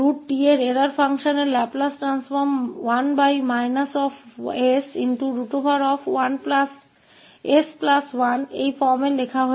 तो √𝑡 के error function का लैपलेस ट्रांसफॉर्म इस फॉर्म 1sS1 में लिखा गया है